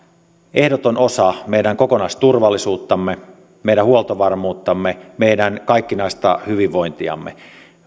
ehdoton osa meidän kokonaisturvallisuuttamme meidän huoltovarmuuttamme meidän kaikkinaista hyvinvointiamme